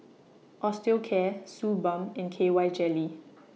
Osteocare Suu Balm and K Y Jelly